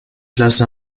place